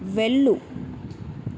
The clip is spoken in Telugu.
వెళ్ళు